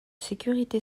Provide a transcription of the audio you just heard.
sécurité